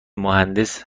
مهندس